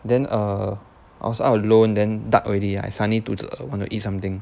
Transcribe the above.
then err I was out alone then dark already ah I suddenly 肚子饿 want to eat something